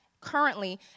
currently